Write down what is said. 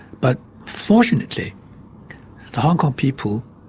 but fortunately the hong kong people